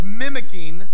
mimicking